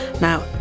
Now